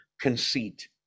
conceit